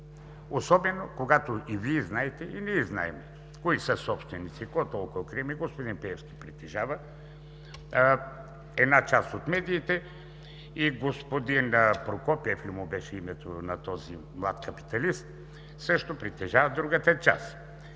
особено когато и Вие знаете, и ние знаем кои са собственици, какво толкова крием? Господин Пеевски притежава една част от медиите, и господин – Прокопиев ли му беше името на този млад капиталист, също притежава другата част.